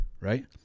right